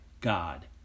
God